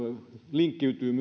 linkkiytyy